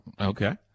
okay